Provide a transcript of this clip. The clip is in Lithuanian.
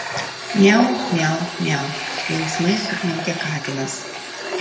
miau miau miau linksmai sukniaukė katinas